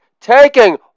taking